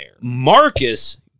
Marcus